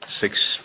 six